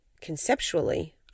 conceptually